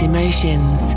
Emotions